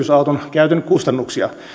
käytön kustannuksia